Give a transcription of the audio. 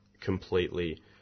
completely